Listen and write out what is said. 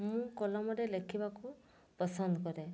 ମୁଁ କଲମରେ ଲେଖିବାକୁ ପସନ୍ଦ କରେ